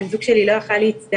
בן הזוג שלי לא היה יכול להצטרף.